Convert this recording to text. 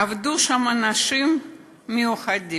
עבדו שם אנשים מיוחדים,